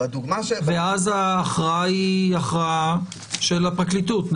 ואז ההכרעה היא הכרעה של הפרקליטות.